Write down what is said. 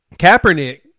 Kaepernick